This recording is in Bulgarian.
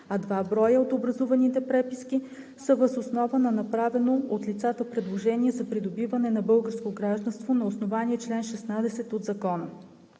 а два броя от образуваните преписки са въз основа на направени от лицата предложения за придобиване на българско гражданство на основание чл. 16 от Закона.